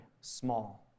small